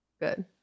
Good